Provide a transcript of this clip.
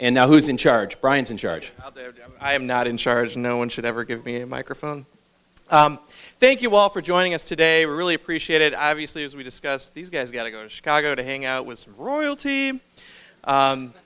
and now who's in charge brian's in charge i am not in charge no one should ever give me a microphone thank you all for joining us today really appreciate it obviously as we discuss these guys got to go to chicago to hang out with royalty